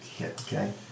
Okay